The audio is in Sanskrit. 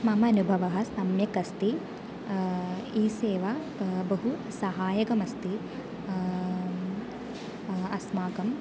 मम अनुभवः सम्यक् अस्ति ई सेवा बहु सहायकमस्ति अस्माकं